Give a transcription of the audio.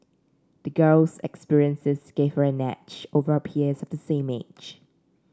the girl's experiences gave her an edge over her peers of the same age